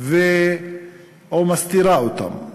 או מסתירה אותם,